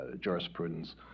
jurisprudence